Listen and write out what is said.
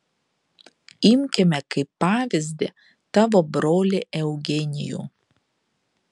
imkime kaip pavyzdį tavo brolį eugenijų